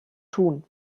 tun